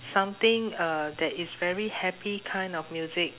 something uh that is very happy kind of music